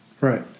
Right